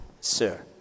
sir